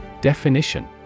Definition